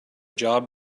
job